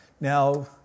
Now